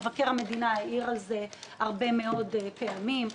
מבקר המדינה העיר על זה הרבה מאוד פעמים.